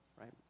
right